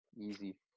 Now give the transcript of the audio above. easy